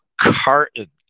carton